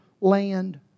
land